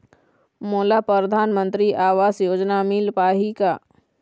मोला परधानमंतरी आवास योजना मिल पाही का?